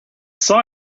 saw